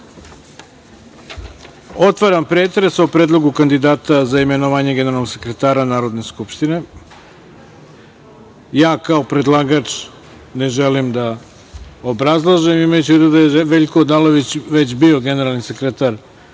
pretres o predlogu kandidata za imenovanje generalnog sekretara Narodne skupštine. Ja kao predlagač ne želim da obrazlažem, imajući u vidu da je Veljko Odalović već bio generalni sekretar